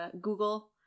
Google